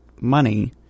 money